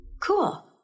Cool